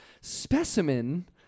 specimen